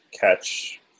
catch